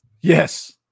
Yes